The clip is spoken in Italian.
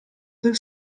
del